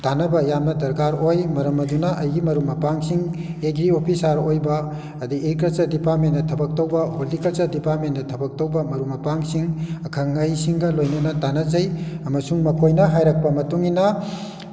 ꯇꯥꯟꯅꯕ ꯌꯥꯝꯅ ꯗꯔꯀꯥꯔ ꯑꯣꯏ ꯃꯔꯝ ꯑꯗꯨꯅ ꯑꯩꯒꯤ ꯃꯔꯨꯞ ꯃꯄꯥꯡꯁꯤꯡ ꯑꯦꯒ꯭ꯔꯤ ꯑꯣꯐꯤꯁꯥꯔ ꯑꯣꯏꯕ ꯑꯗꯩ ꯑꯦꯒ꯭ꯔꯤꯀꯜꯆꯔ ꯗꯤꯄꯥꯔꯠꯃꯦꯟꯇ ꯊꯕꯛ ꯇꯧꯕ ꯍꯣꯔꯇꯤꯀꯜꯆꯔ ꯗꯤꯄꯥꯔꯠꯃꯦꯟꯗ ꯊꯕꯛ ꯇꯧꯕ ꯃꯔꯨꯞ ꯃꯄꯥꯡꯁꯤꯡ ꯑꯈꯪ ꯑꯍꯩꯁꯤꯡꯒ ꯂꯣꯏꯅꯅ ꯇꯥꯟꯅꯖꯩ ꯑꯃꯁꯨꯡ ꯃꯈꯣꯏꯅ ꯍꯥꯏꯔꯛꯄ ꯃꯇꯨꯡꯏꯟꯅ